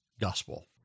gospel